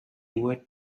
were